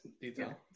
detail